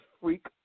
freak